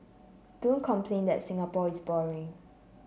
don't complain that Singapore is boring